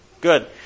Good